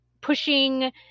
pushing